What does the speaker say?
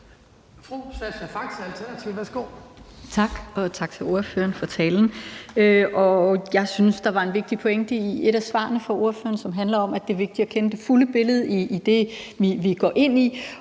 Tak, og tak til ordføreren for talen. Jeg synes, der var en vigtig pointe i et af svarene fra ordføreren, som handler om, at det er vigtigt at kende det fulde billede af det, vi går ind i.